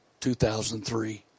2003